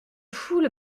foule